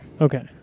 Okay